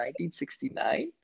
1969